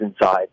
inside